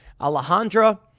Alejandra